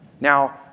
Now